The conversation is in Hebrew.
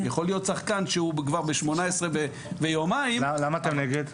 יכול להיות שחקן שהוא כבר בן 18 ויומיים --- למה אתם נגד?